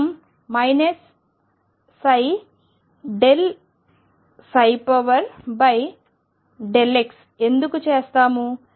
మనం ψ∂x ఎందుకు చేస్తాము